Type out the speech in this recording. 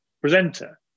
presenter